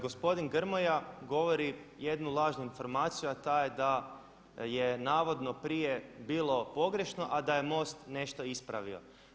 Gospodin Grmoja govori jednu lažnu informaciju a ta je da je navodno prije bilo pogrešno a da je MOST nešto ispravio.